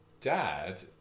dad